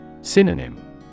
Synonym